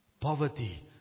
Poverty